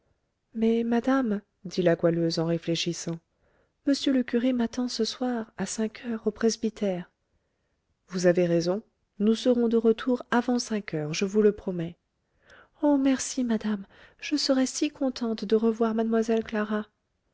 mais madame dit la goualeuse en réfléchissant m le curé m'attend ce soir à cinq heures au presbytère vous avez raison nous serons de retour avant cinq heures je vous le promets oh merci madame je serai si contente de revoir mlle clara